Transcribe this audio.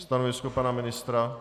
Stanovisko pana ministra?